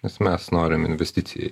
nes mes norim investicijai